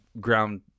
Ground